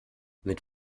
mit